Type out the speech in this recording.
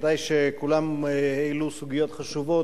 ודאי שכולם העלו סוגיות חשובות,